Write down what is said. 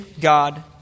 God